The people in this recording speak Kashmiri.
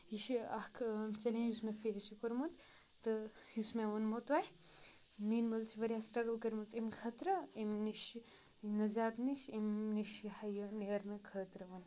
یہِ چھِ اکھ چیلینج یُس مےٚ فیس چھِ کوٚرمُت تہٕ یُس مےٚ ووٚنمو تۄہہِ میٛٲنۍ مٲلۍ چھِ واریاہ سِٹرگٕل کٔرمٕژ اَمہِ خٲطرٕ اَمہِ نِش نہٕ زیادٕ نِش اَمہِ نِش یہِ ہہ یہِ نیرنہٕ خٲطرٕ وۄنۍ